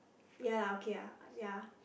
ya lah ok ah like ya